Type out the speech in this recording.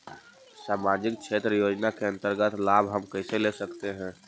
समाजिक क्षेत्र योजना के अंतर्गत लाभ हम कैसे ले सकतें हैं?